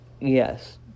Yes